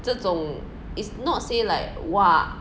这种 is not say like !wah!